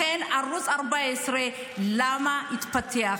לכן, למה ערוץ 14 התפתח?